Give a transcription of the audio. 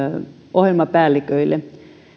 ohjelmapäälliköille